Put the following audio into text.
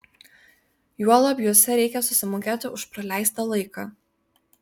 juolab juose reikia susimokėti už praleistą laiką